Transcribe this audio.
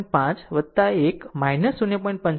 5 1 0